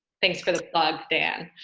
thanks for the plug, dan.